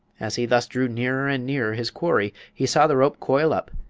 as he thus drew nearer and nearer his quarry he saw the rope coil up,